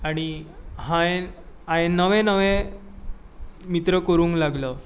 आनी हांयेन हायें नवें नवें मित्र करूंक लागलो